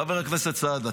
חבר הכנסת סעדה,